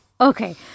Okay